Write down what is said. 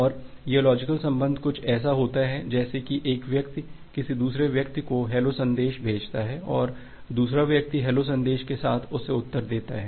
और यह लॉजिकल संबंध कुछ ऐसा होता है जैसे कि एक व्यक्ति किसी दुसरे व्यक्ति को हेलो सन्देश भेजता है और दूसरा व्यक्ति हेलो सन्देश के साथ उसे उत्तर देता है